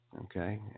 Okay